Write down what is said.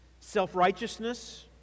Self-righteousness